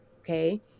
okay